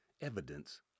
evidence